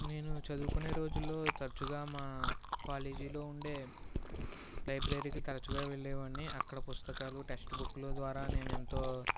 నేను చదువుకునే రోజులలో తరచుగా మా కాలేజీలో ఉండే లైబ్రరీకి తరచుగా వెళ్ళే వాడిని అక్కడ పుస్తకాలు టెస్ట్బుక్కులు ద్వారా నేను ఎంతో